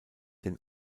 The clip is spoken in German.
den